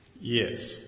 Yes